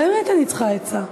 באמת אני צריכה עצה.